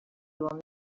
will